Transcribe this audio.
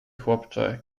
chłopcze